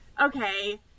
Okay